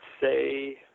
say